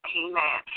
amen